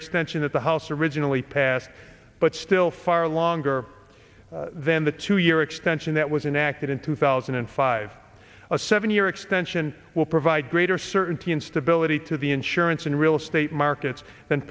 extension that the house originally passed but still far longer than the two year extension that was enacted in two thousand and five a seven year extension will provide greater certainty and stability to the insurance and real estate markets